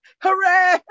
Hooray